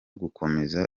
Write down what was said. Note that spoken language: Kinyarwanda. gukomeza